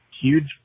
huge